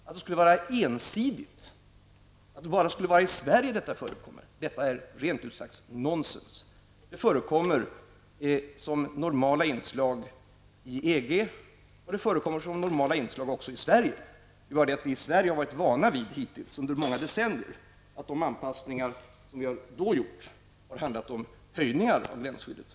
Att det skulle vara ensidigt, och att detta skulle förekomma bara i Sverige är rent ut sagt nonsens. Det förekommer som normala inslag i EG, och det förekommer som normala inslag också i Sverige. Men vi i Sverige har hittills under många decennier varit vana vid att de anpassningar som vi har gjort har handlat om höjningar av gränsskyddet.